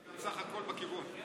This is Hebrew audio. בסך הכול בכיוון.